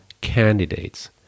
candidates